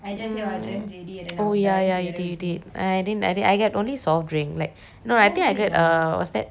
oh ya ya ya you did you did I didn't I only had soft drink like no I think I got err what's that lime juice